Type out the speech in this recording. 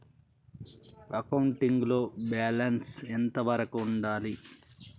Accounting లో balance ఎంత వరకు ఉండాలి?